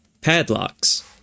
padlocks